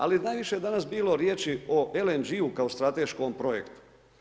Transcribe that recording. Ali najviše je danas bilo riječi o LNG-u kao strateškom projektu.